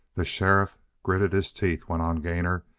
the sheriff gritted his teeth, went on gainor,